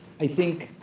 i think